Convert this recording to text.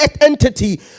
entity